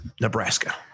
Nebraska